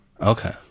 Okay